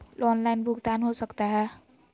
Online भुगतान हो सकता है?